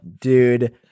dude